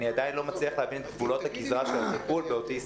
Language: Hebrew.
אני עדיין לא מצליח להבין את גבולות הגזרה של הטיפול באוטיסטים.